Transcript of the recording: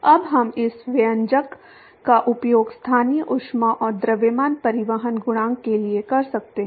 अब हम इस व्यंजक का उपयोग स्थानीय ऊष्मा और द्रव्यमान परिवहन गुणांक के लिए कर सकते हैं